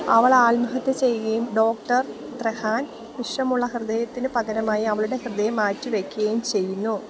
അവൾ ആത്മഹത്യ ചെയ്യുകയും ഡോക്ടർ ത്രെഹാൻ വിഷമുള്ള ഹൃദയത്തിനുപകരമായി അവളുടെ ഹൃദയം മാറ്റിവെയ്ക്കുകയും ചെയ്യുന്നു